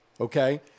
okay